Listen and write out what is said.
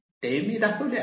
ते मी दाखविले आहे